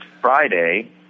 Friday